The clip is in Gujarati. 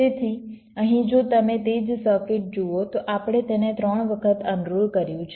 તેથી અહીં જો તમે તે જ સર્કિટ જુઓ તો આપણે તેને 3 વખત અનરોલ કર્યું છે